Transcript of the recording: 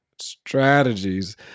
Strategies